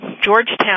Georgetown